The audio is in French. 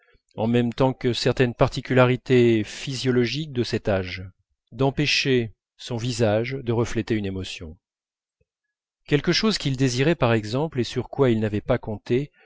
en même temps que certaines particularités physiologiques de cet âge d'empêcher son visage de refléter une émotion quelque chose qu'il désirait par exemple et sur quoi il n'avait pas compté